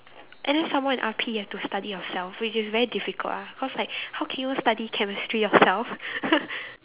and then some more in R_P you have to study yourself which is very difficult ah cause like how can you study chemistry yourself